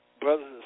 Brothers